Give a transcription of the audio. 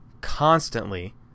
constantly